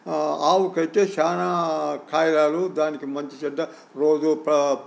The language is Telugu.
ఆవుకు అయితే చాలా కాయాగాలు దానికి మంచిషెడ్డ రోజు